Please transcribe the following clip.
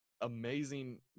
amazing